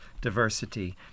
diversity